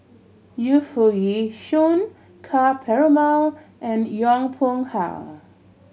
Yu Foo Yee Shoon Ka Perumal and Yong Pung How